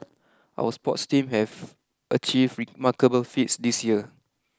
our sports teams have achieved remarkable feats this year